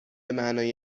معنای